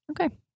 Okay